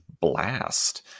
blast